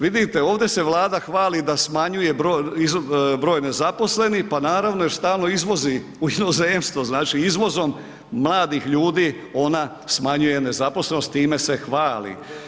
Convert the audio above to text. Vidite ovdje se Vlada hvali da smanjuje broj nezaposlenih, pa naravno jer stalno izvozi u inozemstvo, znači izvozom mladih ljudi ona smanjuje nezaposlenost time se hvali.